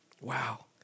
wow